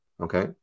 okay